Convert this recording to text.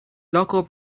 local